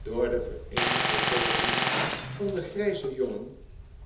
door de vereenigde pogingen van den grijzen jongen